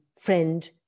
friend